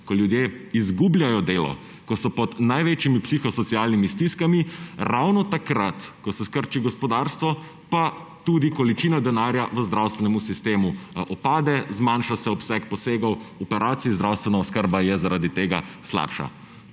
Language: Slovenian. ko ljudje izgubljajo delo, ko so pod največjimi psihosocialnimi stiskami, ravno takrat, ko se skrči gospodarstvo, pa tudi količina denarja v zdravstvenem sistemu upade, zmanjša se obseg posegov operacij, zdravstvena oskrba je zaradi tega slabša.